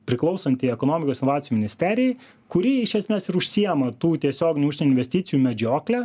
priklausanti ekonomikos inovacijų ministerijai kuri iš esmės ir užsiėma tų tiesioginių užsienio investicijų medžiokle